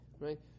right